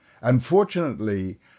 Unfortunately